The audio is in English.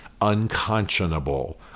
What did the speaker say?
unconscionable